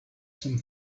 some